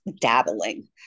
dabbling